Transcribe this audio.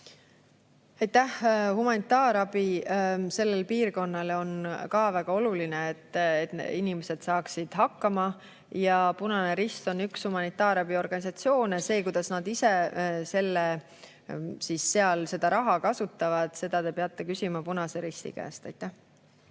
Aitäh! Humanitaarabi sellele piirkonnale on ka väga oluline, et inimesed saaksid hakkama. Punane rist on üks humanitaarabiorganisatsioone. Seda, kuidas nad ise seal seda raha kasutavad, te peate küsima nende käest. Henn